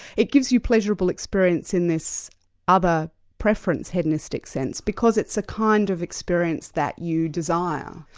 it gives you pleasurable experience in this other preference hedonistic sense because it's a kind of experience that you desire.